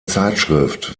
zeitschrift